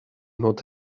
not